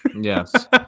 Yes